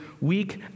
weak